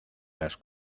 las